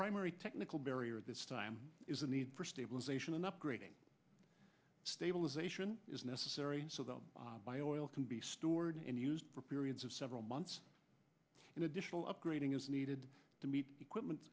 primary technical barrier at this time is a need for stabilization and upgrading stabilization is necessary so the bio can be stored and used for periods of several months and additional upgrading is needed to meet equipment